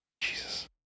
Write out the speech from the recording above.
Jesus